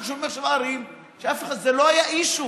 אנחנו שומעים עכשיו על ערים שזה לא היה issue,